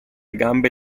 gambe